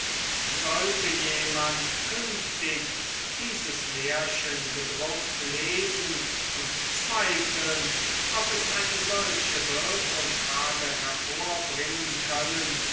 sollte jemand künftig dieses märchen gedruckt lesen und zweifeln ob es eine solche wirkung habe hervorbringen können